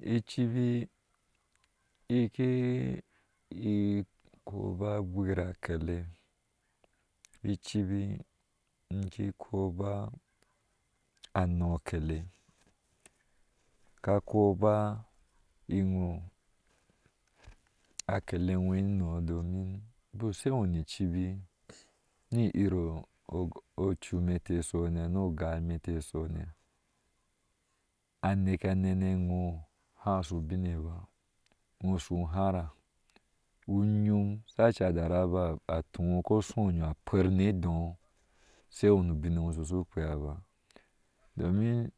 Icibi. ike ikoba agwira akole icibi ike koba anɔɔ akele ka ko ba inwɔɔ akele wɔs anɔɔ domin bik u shewɔɔ ni ebi rii iro a cumete sune nɔɔ agai in-eteke sane aneke aneni iwɔɔ husu ubine ba inwɔɔ su hara uyom shasha agara tu no sho onyo apar ne nɔɔ shewɔ nu bim ewɔɔ shukpea ba domin